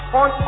on